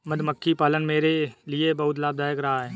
मधुमक्खी पालन मेरे लिए बहुत लाभदायक रहा है